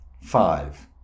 Five